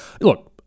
look